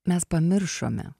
mes pamiršome